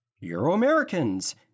Euro-Americans